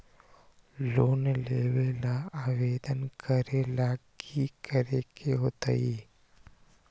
Loan लेबे ला आवेदन करे ला कि करे के होतइ?